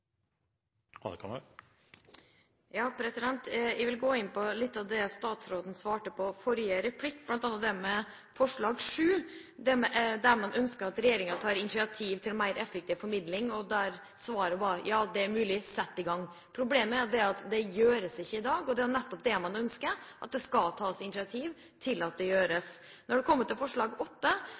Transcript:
Jeg vil gå inn på litt av det statsråden svarte på forrige replikk, bl.a. gjelder det punkt 7 i forslaget, at man ønsker at regjeringa tar initiativ til mer effektiv formidling, og der svaret var: Ja, det er mulig – sett i gang! Problemet er at dette ikke gjøres i dag. Det er jo nettopp det man ønsker, at det skal tas initiativ til at det blir gjort. Når det